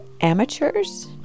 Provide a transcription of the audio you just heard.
amateurs